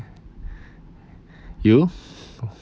you